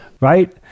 right